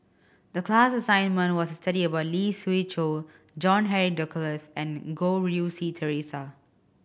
the class assignment was study about Lee Siew Choh John Henry Duclos and Goh Rui Si Theresa